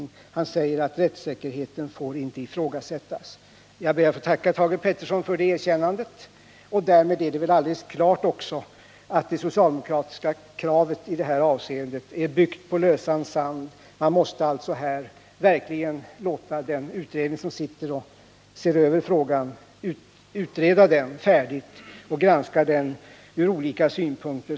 Han säger att rättssäkerheten inte får ifrågasättas. Jag ber att få tacka Thage Peterson för det erkännandet. Därmed är det väl också alldeles klart att det socialdemokratiska kravet i det här avseendet är byggt på lösan sand. Man måste alltså låta dem som ser över frågan granska denna ur olika synpunkter och verkligen få bli färdiga med sin utredning.